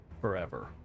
forever